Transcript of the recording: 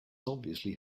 obviously